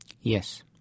Yes